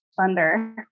thunder